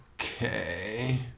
okay